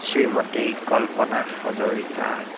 Shrimati Kalpana Hazarika